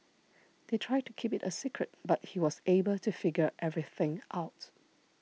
they tried to keep it a secret but he was able to figure everything out